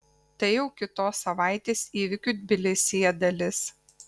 tai jau kitos savaitės įvykių tbilisyje dalis